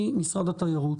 ממשרד התיירות,